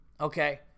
okay